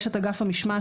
יש את אגף המשמעת,